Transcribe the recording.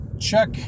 check